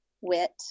wit